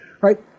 Right